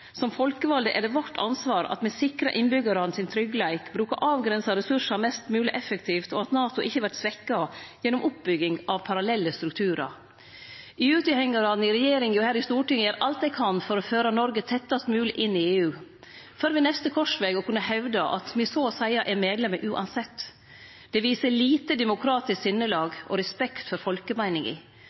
Som folkevalde er det vårt ansvar at me sikrar tryggleiken til innbyggjarane, brukar avgrensa ressursar mest mogleg effektivt, og at NATO ikkje vert svekt gjennom oppbygging av parallelle strukturar. EU-tilhengjarane i regjeringa og her i Stortinget gjer alt dei kan for å føre Noreg tettast mogleg inn i EU, for ved neste krossveg å kunne hevde at me så å seie er medlemer uansett. Det viser lite demokratisk sinnelag og respekt for folkemeininga.